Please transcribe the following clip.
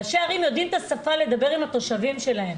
ראשי הערים יודעים את השפה לדבר עם התושבים שלהם.